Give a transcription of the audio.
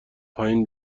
پایین